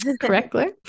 correctly